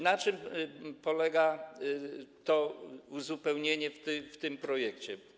Na czym polega to uzupełnienie w tym projekcie?